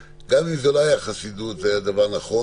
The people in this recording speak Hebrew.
גם אם זה לא היה חסידות, זה היה דבר נכון,